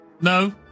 no